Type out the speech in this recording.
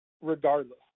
regardless